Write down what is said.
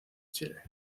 chile